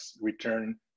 return